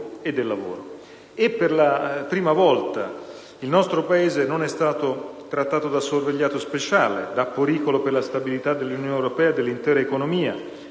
Per la prima volta il nostro Paese non è stato trattato da sorvegliato speciale, da pericolo per la stabilità dell'Unione europea e dell'intera economia,